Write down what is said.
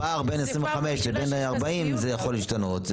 הפער בין 25 ל-40 יכול להשתנות.